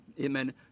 Amen